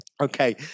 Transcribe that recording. okay